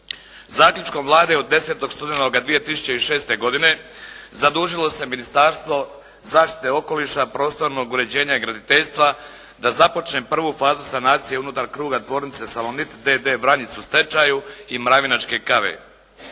Zaključkom Vlade od 10. studenoga 2006. godine zadužilo se Ministarstvo zaštite okoliša, prostornog uređenja i graditeljstva da započne prvu fazu sanacije unutar kruga tvornice “Salonit“ d.d. Vranjic u stečaju i “Mravinačke kave“.